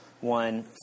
one